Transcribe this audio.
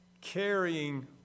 carrying